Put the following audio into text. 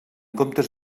comptes